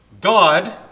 God